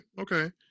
okay